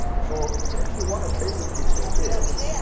so essentially what a facebook pixel is,